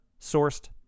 sourced